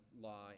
law